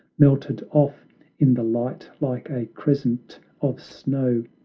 melted off in the light like a crescent of snow!